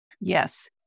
Yes